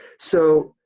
so